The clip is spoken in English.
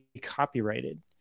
copyrighted